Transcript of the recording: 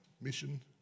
mission